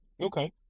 Okay